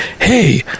hey